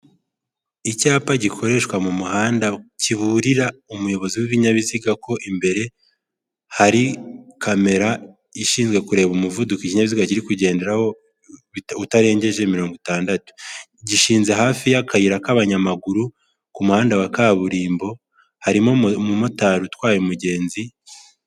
Icyapa gikoreshwa mu muhanda kiburira umuyobozi w'ibinyabiziga ko imbere ,hari kamera ishinzwe kureba umuvuduko ikinyabiga kiri kugenderaho, utarengeje mirongo itandatu ,gishinze hafi y'akayira k'abanyamaguru ku muhanda wa kaburimbo, harimo umumotari utwaye umugenzi...